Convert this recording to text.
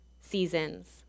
seasons